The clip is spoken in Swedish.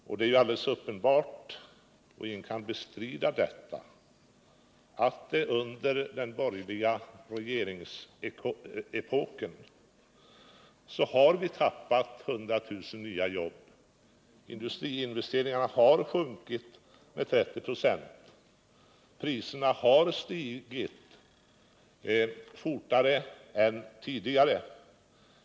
Och det är alldeles uppenbart, ingen kan bestrida detta, att under den borgerliga regeringsepoken så har vi tappat 100 000 jobb. Industriinvesteringarna har sjunkit med 30 96. Priserna har stigit starkare än tidigare.